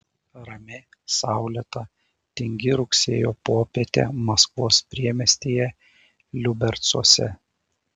rami saulėta tingi rugsėjo popietė maskvos priemiestyje liubercuose